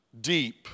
Deep